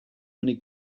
many